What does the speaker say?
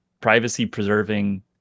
privacy-preserving